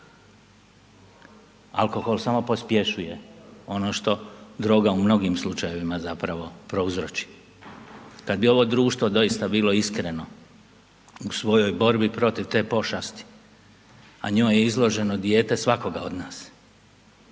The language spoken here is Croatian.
Alkohol samo pospješuje ono što droga u mnogim slučajevima zapravo prouzroči. Kad bi ovo društvo doista bilo iskreno u svojoj borbi protiv te pošasti, a njoj je izloženo dijete svakoga od nas,